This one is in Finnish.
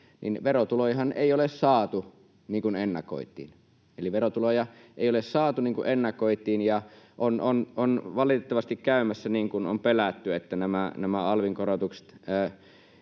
että verotulojahan ei ole saatu, niin kuin ennakoitiin. Eli verotuloja ei ole saatu, niin kuin ennakoitiin, ja on valitettavasti käymässä niin kuin on pelätty, että nämä alvin korotukset